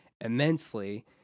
immensely